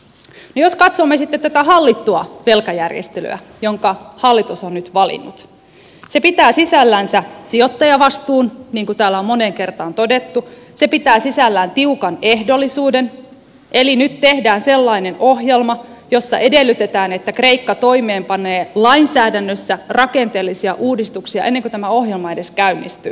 jos katsomme sitten tätä hallittua velkajärjestelyä jonka hallitus on nyt valinnut se pitää sisällänsä sijoittajavastuun niin kuin täällä on moneen kertaan todettu se pitää sisällään tiukan ehdollisuuden eli nyt tehdään sellainen ohjelma jossa edellytetään että kreikka toimeenpanee lainsäädännössä rakenteellisia uudistuksia ennen kuin tämä ohjelma edes käynnistyy